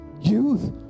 youth